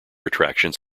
attractions